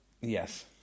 Yes